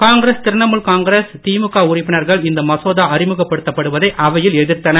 காங்கிரஸ் திரிணமுல் காங்கிரஸ் திமுக உறுப்பினர்கள் இந்த மசோதா அறிமுகப்படுத்தப்படுவதை அவையில் எதிர்த்தனர்